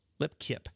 Lipkip